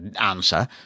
answer